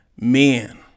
Men